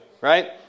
right